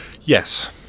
Yes